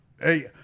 hey